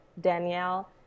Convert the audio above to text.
Danielle